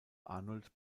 arnold